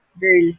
girl